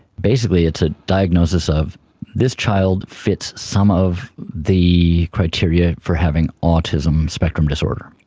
basically it's a diagnosis of this child fits some of the criteria for having autism spectrum disorder,